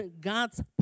God's